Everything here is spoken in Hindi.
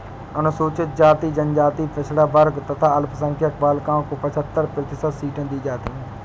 अनुसूचित जाति, जनजाति, पिछड़ा वर्ग तथा अल्पसंख्यक बालिकाओं को पचहत्तर प्रतिशत सीटें दी गईं है